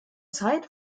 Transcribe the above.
zeit